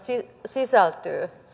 sisältyy